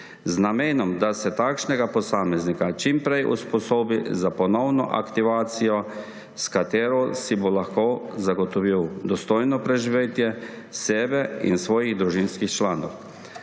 namenom, da se takšnega posameznika čim prej usposobi za ponovno aktivacijo, s katero si bo lahko zagotovil dostojno preživetje sebe in svojih družinskih članov.